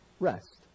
rest